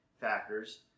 factors